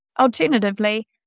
Alternatively